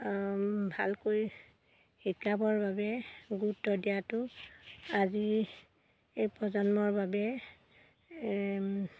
ভালকৈ শিকাবৰ বাবে গুৰুত্ব দিয়াটো আজিৰ এই প্ৰজন্মৰ বাবে